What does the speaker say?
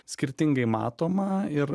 skirtingai matoma ir